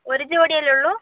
ഒരു ജോഡിയല്ലേ ഉള്ളൂ